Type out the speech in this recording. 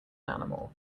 animal